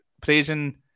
praising